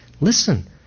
Listen